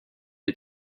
had